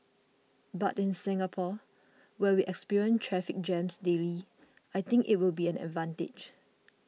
but in Singapore where we experience traffic jams daily I think it will be an advantage